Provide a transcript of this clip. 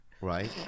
right